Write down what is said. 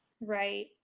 Right